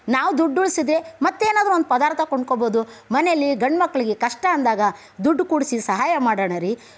ನಾವು ದುಡ್ಡು ಉಳಿಸಿದ್ರೆ ಮತ್ತೇನಾದ್ರೂ ಒಂದು ಪದಾರ್ಥ ಕೊಂಡುಕೋಬಹುದು ಮನೆಯಲ್ಲಿ ಗಂಡುಮಕ್ಳಿಗೆ ಕಷ್ಟ ಅಂದಾಗ ದುಡ್ಡು ಕೂಡಿಸಿ ಸಹಾಯ ಮಾಡೋಣ ರೀ